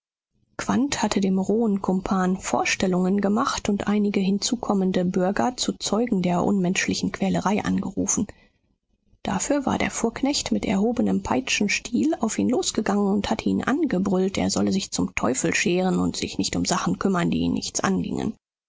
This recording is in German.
hatte dem rohen kumpan vorstellungen gemacht und einige hinzukommende bürger zu zeugen der unmenschlichen quälerei angerufen dafür war der fuhrknecht mit erhobenem peitschenstiel auf ihn losgegangen und hatte ihn angebrüllt er solle sich zum teufel scheren und sich nicht um sachen kümmern die ihn nichts angingen